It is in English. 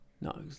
No